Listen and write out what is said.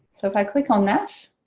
so if i click on that